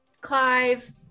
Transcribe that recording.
Clive